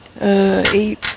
Eight